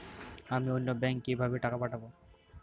আমি অন্য ব্যাংকে কিভাবে টাকা পাঠাব?